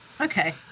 okay